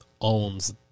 owns